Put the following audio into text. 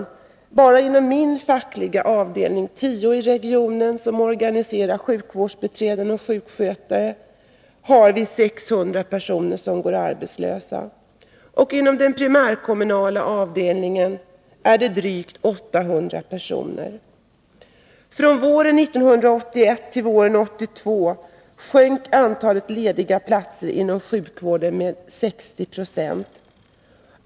Bara inom min fackliga avdelning i regionen, avdelning 10, som organiserar sjukvårdsbiträden och sjukskötare har vi 600 personer som går arbetslösa, och inom den primärkommunala avdelningen är det drygt 800 personer. Från våren 1981 till våren 1982 sjönk antalet lediga platser inom sjukvården med 60 90.